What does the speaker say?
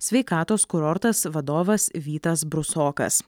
sveikatos kurortas vadovas vytas brusokas